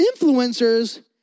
Influencers